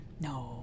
No